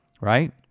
Right